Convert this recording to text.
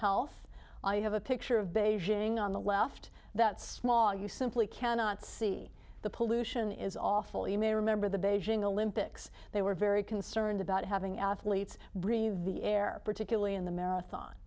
health i have a picture of beijing on the left that small you simply cannot see the pollution is awful you may remember the beijing olympics they were very concerned about having athletes breathe the air particularly in the marathon